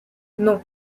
non